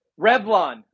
Revlon